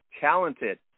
talented